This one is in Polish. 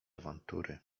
awantury